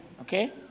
okay